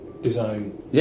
design